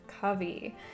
Covey